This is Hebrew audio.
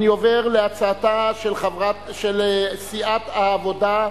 אני עובר להצעתה של סיעת העבודה,